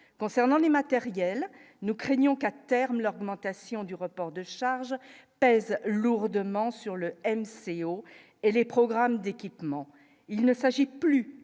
concernant les matériels, nous craignons qu'à terme, l'augmentation du report de charges pèsent lourdement sur le MCO et les programmes d'équipement, il ne s'agit plus